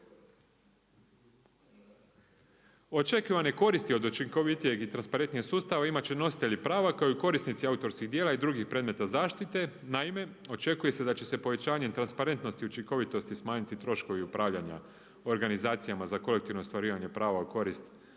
Očekivane koristi od učinkovitijeg i transparentnijeg sustava imat će nositelji prava kao i korisnici autorskih djela i drugih predmeta zaštite. Naime, očekuje se da će se povećanjem transparentnosti učinkovitosti smanjiti troškovi upravljanja organizacijama za kolektivno ostvarivanje prava u korist